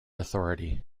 authority